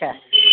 اچھا